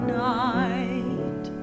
night